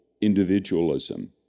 individualism